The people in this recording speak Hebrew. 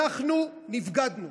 אנחנו נבגדנו.